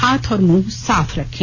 हाथ और मुंह साफ रखें